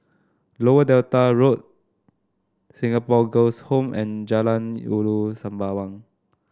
Lower Delta Road Singapore Girls' Home and Jalan Ulu Sembawang